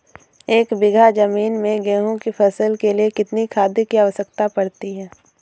एक बीघा ज़मीन में गेहूँ की फसल के लिए कितनी खाद की आवश्यकता पड़ती है?